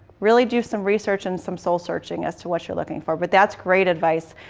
really do some research and some soul-searching as to what you're looking for, but that's great advice.